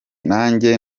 nanjye